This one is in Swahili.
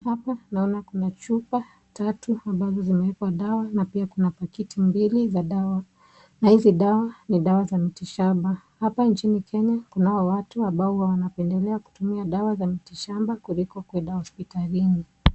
Hapa naona kuna chupa tatu ambazo zimewekwa dawa na pia kuna pakiti mbili za dawa. Na hizi dawa ni dawa za miti shamba. Hapa nchini Kenya kunao watu ambao wanapendelea kutumia dawa za miti shamba kuliko kwenda hospitalini.